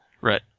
Right